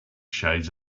shades